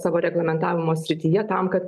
savo savo reglamentavimo srityje tam kad